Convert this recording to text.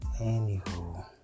Anywho